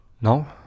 No